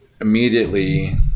immediately